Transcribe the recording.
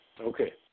Okay